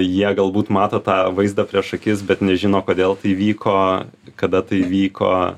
jie galbūt mato tą vaizdą prieš akis bet nežino kodėl tai vyko kada tai įvyko